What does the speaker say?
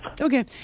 Okay